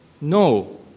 No